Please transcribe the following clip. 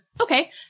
Okay